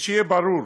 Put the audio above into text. שיהיה ברור,